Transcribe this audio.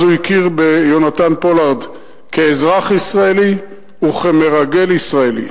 אז הוא הכיר ביונתן פולארד כאזרח ישראלי וכמרגל ישראלי.